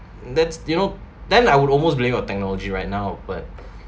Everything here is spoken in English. that's you know then I would almost blame all technology right now but